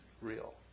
real